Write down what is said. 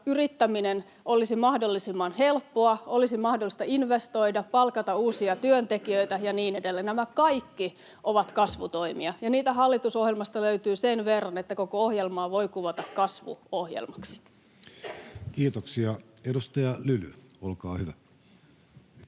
yrittäminen olisi mahdollisimman helppoa, olisi mahdollista investoida, palkata uusia työntekijöitä ja niin edelleen. Nämä kaikki ovat kasvutoimia, ja niitä hallitusohjelmasta löytyy sen verran, että koko ohjelmaa voi kuvata kasvuohjelmaksi. Kiitoksia. — Edustaja Lyly, olkaa hyvä.